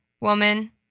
woman